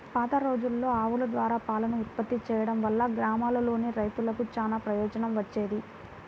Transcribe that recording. పాతరోజుల్లో ఆవుల ద్వారా పాలను ఉత్పత్తి చేయడం వల్ల గ్రామాల్లోని రైతులకు చానా ప్రయోజనం వచ్చేది